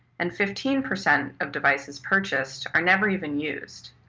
and fifteen percent of devices purchased are never even used.